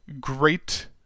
great